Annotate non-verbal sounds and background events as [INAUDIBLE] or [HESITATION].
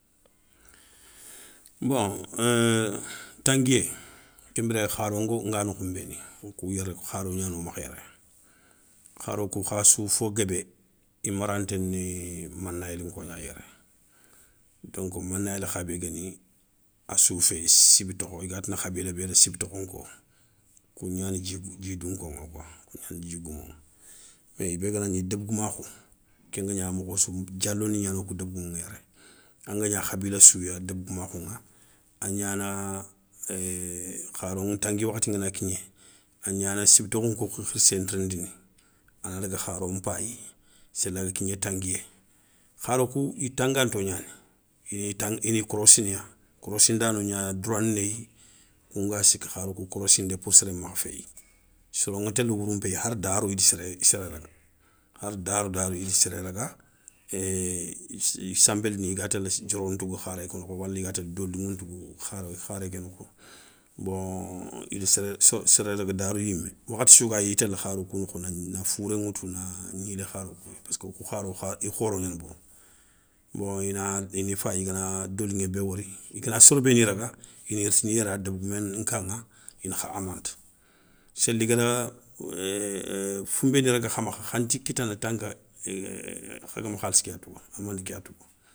Bon [HESITATION] tanguiyé kenbiré khaaro nga nokhou nbéni wokou yéré kharo gnano makha yéré, kharo kou khassou fo gaabe i maranté ni manayeli nko gna yéré. donkou manael kha bé guéni a sou fé siby tokho i ga tini khabila bé da siby tokhonko kou gnani dji dounko ŋa, kou gnani dji goumou, yo i bé ganagni débégoumakhou, kenga gna mokho sou diallo ni gnani wokou débégoumou ŋa yéré. Anga gna khabila sou ya débégoumakhou ŋa a gnana [HESITATION] kharo ntangui wakhati nagana kigné, a gnana siby tokhonko kou khirsé ntirindini. a na daga kharo npayi, sélaga kigné tanguiyé, kharo kou i tanganto gnani, i ni tan ini korossiniya. Korossindano gna doura néyi, kounga sikki kharo kou orossindé pour séré makha féyi. Soron ŋa télé wourou npéyi hara darou i da séré séré raga, hara darou darou i da séré raga [HESITATION] i sanbélini i ga télé diaro ntouga kharé ké nokho, wali ga télé doliŋou ntouga kharé ké nokho, bon i da séré sor séré raga darou yimé. Wakhati sou gayi i ya télé kharou kou nokho na fouré ŋoutou na gnilé kharoukou pass k wo kou kharoukou kha i khoro gnani bourou. bon ina ini fayi i gana doliŋé bé wori i gana soro béni raga ini ritini yéra, débégoumé nkaŋa i na kha amende. Séli gana [HESITATION] founbéni raga kha makha, khanti kitana tankeu, [HESITATION] kha gama khalssi ké ya touga, amende ké ya touga.